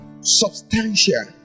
substantial